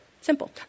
simple